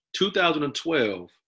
2012